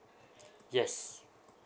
yes